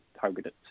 targeted